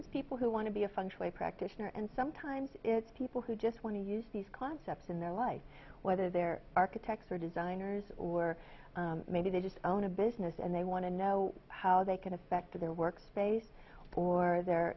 of people who want to be a functionally practitioner and sometimes it's people who just want to use these concepts in their life whether they're architects or designers were maybe they just own a business and they want to know how they can affect their work space or their